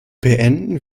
beenden